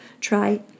try